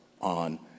on